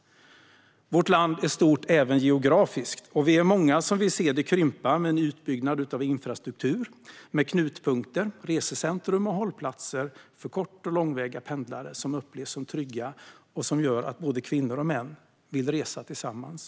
Vårt land är stort även geografiskt, och vi är många som vill se det krympa med en utbyggnad av infrastruktur, knutpunkter, resecentrum och hållplatser för kort och långväga pendlare. Platserna ska upplevas som trygga och göra att både kvinnor och män vill resa tillsammans.